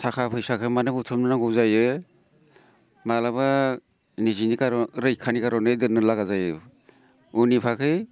थाखा फैसाखौ मानो बुथुमनो नांगौ जायो माब्लाबा निजेनि रैखानि खार'नै दोननो लागा जायो उननि भागै